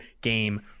game